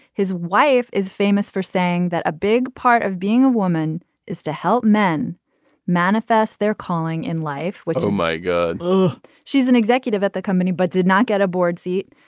his wife is famous for saying that a big part of being a woman is to help men manifest their calling in life what. oh my god. oh she's an executive at the company but did not get a board seat.